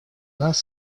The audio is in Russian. нас